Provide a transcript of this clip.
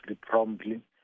promptly